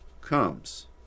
comes